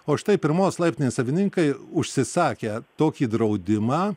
o štai pirmos laiptinės savininkai užsisakę tokį draudimą